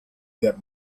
that